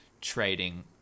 trading